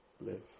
live